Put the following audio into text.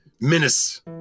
menace